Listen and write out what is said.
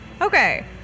Okay